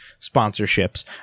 sponsorships